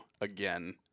again